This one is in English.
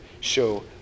show